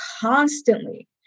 constantly